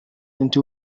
into